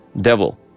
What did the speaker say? devil